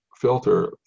filter